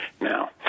now